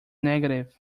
negative